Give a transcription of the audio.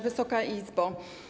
Wysoka Izbo!